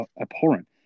abhorrent